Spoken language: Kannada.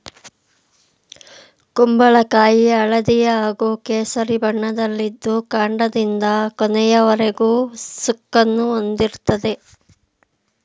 ಕುಂಬಳಕಾಯಿ ಹಳದಿ ಹಾಗೂ ಕೇಸರಿ ಬಣ್ಣದಲ್ಲಿದ್ದು ಕಾಂಡದಿಂದ ಕೊನೆಯವರೆಗೂ ಸುಕ್ಕನ್ನು ಹೊಂದಿರ್ತದೆ